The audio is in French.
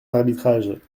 arbitrages